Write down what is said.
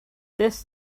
this